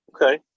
Okay